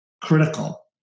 critical